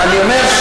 אני אומר,